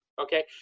Okay